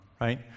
right